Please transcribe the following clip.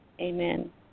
amen